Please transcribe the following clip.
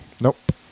Nope